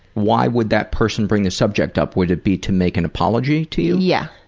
why would that person bring the subject up? would it be to make an apology to you? yeah.